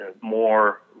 more